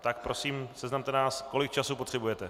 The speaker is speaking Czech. Tak prosím, seznamte nás s tím, kolik času potřebujete.